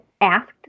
asked